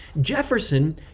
Jefferson